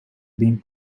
being